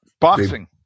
boxing